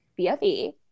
BFE